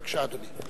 בבקשה, אדוני.